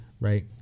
right